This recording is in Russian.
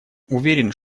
уверен